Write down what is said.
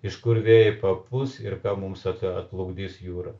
iš kur vėjai papūs ir ką mums atplukdys jūra